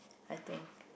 I think